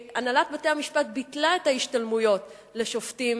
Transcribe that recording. שהנהלת בתי-המשפט ביטלה את ההשתלמויות לשופטים